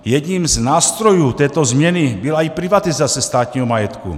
Jedním z nástrojů této změny byla i privatizace státního majetku.